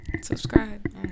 subscribe